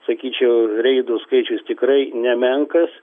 sakyčiau reidų skaičius tikrai nemenkas